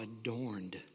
adorned